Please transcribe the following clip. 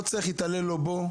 לא צריך להתעלל לא בו,